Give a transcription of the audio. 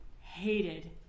hated